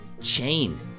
chain